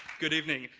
good evening.